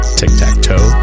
tic-tac-toe